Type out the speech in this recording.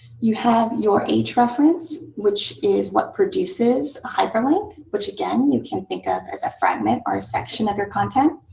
you have your h reference which is what produces a hyperlink which, again, you can think of as a fragment or a section of your content.